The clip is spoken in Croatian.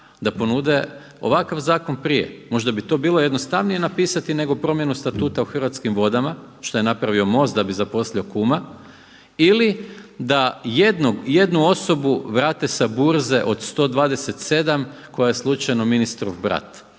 da ponude ovakav zakon prije, možda bi to bilo jednostavnije napisati nego promjenu statuta u Hrvatskim vodama, šta je napravio MOST da i zaposlio kuma ili da jednu osobu vrate sa burze od 127 koja je slučajno ministrov brat